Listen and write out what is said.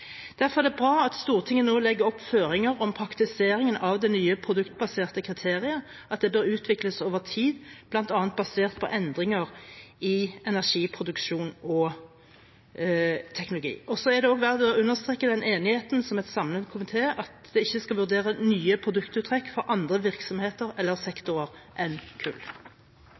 Derfor er det bra at Stortinget nå legger opp føringer om at praktiseringen av det nye produktbaserte kriteriet bør utvikles over tid, bl.a. basert på endringer i energiproduksjon og teknologi. Så er det også verdt å understreke den enigheten som er fra en samlet komité, om at det ikke skal vurderes nye produktuttrekk fra andre virksomheter eller